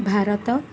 Bharat